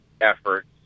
efforts